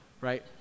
right